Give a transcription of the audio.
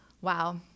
Wow